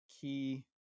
key